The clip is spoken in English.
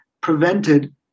prevented